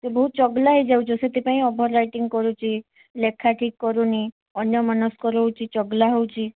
ସିଏ ବହୁତ ଚଗଲା ହେଇଯାଉଛି ସେଇଥିପାଇଁ ଓଭରରାଇଟିଙ୍ଗ କରୁଛି ଲେଖା ଠିକ୍ କରୁନି ଅନ୍ୟମନସ୍କ ରହୁଛି ଚଗଲା ହଉଛି